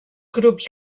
grups